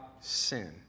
sin